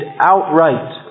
outright